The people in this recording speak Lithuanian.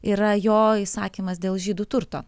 yra jo įsakymas dėl žydų turto